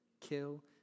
kill